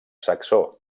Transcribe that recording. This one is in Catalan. saxó